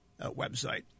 website